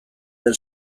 den